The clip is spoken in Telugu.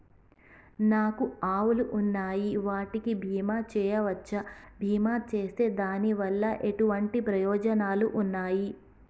నాకు ఆవులు ఉన్నాయి వాటికి బీమా చెయ్యవచ్చా? బీమా చేస్తే దాని వల్ల ఎటువంటి ప్రయోజనాలు ఉన్నాయి?